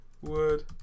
word